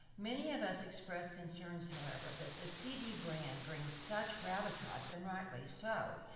many of us express concerns, however, that the cd brand bring such gravitas, and rightly so,